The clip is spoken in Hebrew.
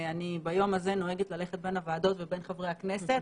אני ביום הזה נוהגת ללכת בין הוועדות ובין חברי הכנסת